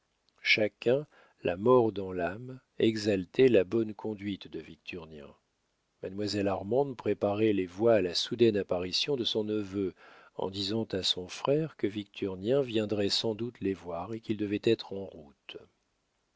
chacun la mort dans l'âme exaltait la bonne conduite de victurnien mademoiselle armande préparait les voies à la soudaine apparition de son neveu en disant à son frère que victurnien viendrait sans doute les voir et qu'il devait être en route